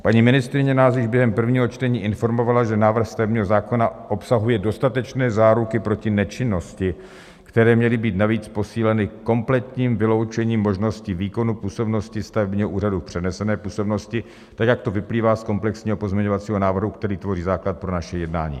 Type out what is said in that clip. Paní ministryně nás již během prvního čtení informovala, že návrh stavebního zákona obsahuje dostatečné záruky proti nečinnosti, které měly být navíc posíleny kompletním vyloučením možnosti výkonu působnosti stavebního úřadu v přenesené působnosti tak, jak to vyplývá z komplexního pozměňovacího návrhu, který tvoří základ pro naše jednání.